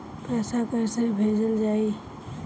पैसा कैसे भेजल जाइ?